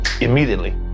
immediately